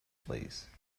please